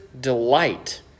delight